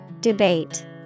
Debate